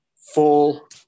full